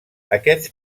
aquests